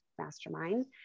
mastermind